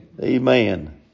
Amen